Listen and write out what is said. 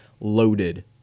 loaded